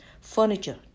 furniture